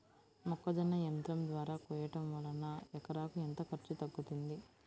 మొక్కజొన్న యంత్రం ద్వారా కోయటం వలన ఎకరాకు ఎంత ఖర్చు తగ్గుతుంది?